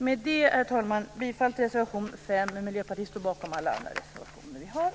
Med detta, herr talman, yrkar jag än en gång bifall till reservation 5.